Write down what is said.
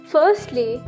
Firstly